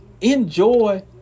enjoy